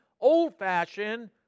old-fashioned